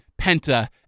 Penta